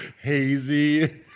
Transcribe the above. hazy